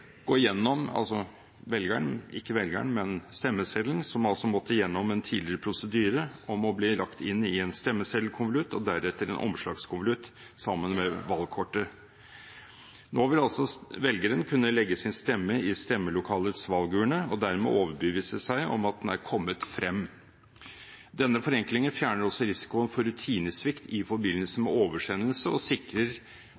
som var tidligere; legge stemmeseddelen i en stemmeseddelkonvolutt og deretter en omslagskonvolutt sammen med valgkortet. Nå vil altså velgeren kunne legge sin stemme i stemmelokalets valgurne og dermed overbevise seg om at den er kommet frem. Denne forenklingen fjerner også risikoen for rutinesvikt i forbindelse med oversendelse og sikrer